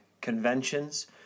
conventions